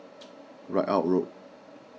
Ridout Road